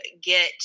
get